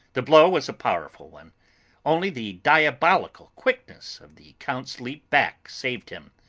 the blow was a powerful one only the diabolical quickness of the count's leap back saved him.